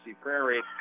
Prairie